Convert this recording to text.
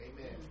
Amen